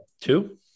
two